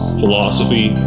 philosophy